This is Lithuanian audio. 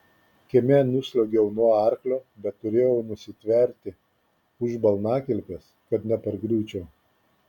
kieme nusliuogiau nuo arklio bet turėjau nusitverti už balnakilpės kad nepargriūčiau